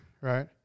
right